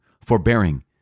forbearing